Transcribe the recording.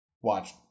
Watch